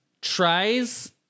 tries